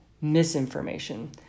misinformation